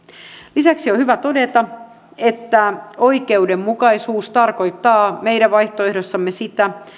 lisäksi on hyvä todeta että oikeudenmukaisuus tarkoittaa meidän vaihtoehdossamme sitä